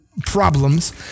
problems